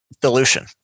dilution